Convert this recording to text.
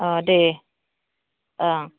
अ दे ओं